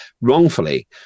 wrongfully